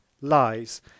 lies